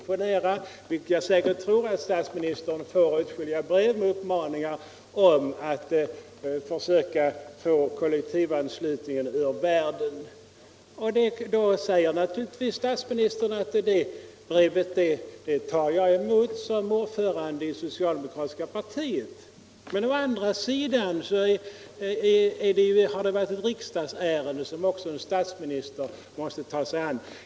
Ponera att — vilket jag tror är riktigt — statsministern tar emot åtskilliga brev med uppmaningar om att försöka få kollektivanslutningen ur världen. Då säger naturligtvis statsministern att dessa brev tar jag emot som ordförande i socialdemokratiska partiet. Men å andra sidan har ju kollektivanslutningen varit ett riksdagsärende som också en statsminister måste ta sig an.